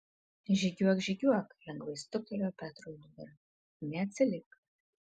žygiuok žygiuok lengvai stuktelėjo petro į nugarą neatsilik